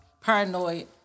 paranoid